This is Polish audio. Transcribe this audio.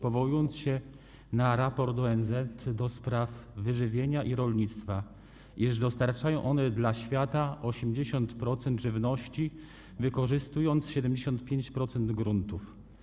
Powołując się na raport ONZ do spraw Wyżywienia i Rolnictwa, mówił, iż dostarczają one światu 80% żywności, wykorzystując 75% gruntów.